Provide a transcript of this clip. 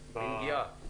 בנגיעה.